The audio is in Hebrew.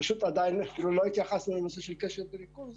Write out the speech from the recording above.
פשוט עדיין אפילו לא התייחסנו לנושא של קשב וריכוז